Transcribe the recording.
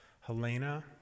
Helena